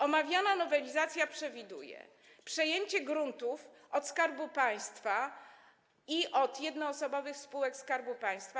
Omawiana nowelizacja przewiduje przejęcie gruntów od Skarbu Państwa i od jednoosobowych spółek Skarbu Państwa.